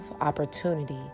opportunity